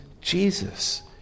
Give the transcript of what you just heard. Jesus